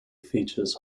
features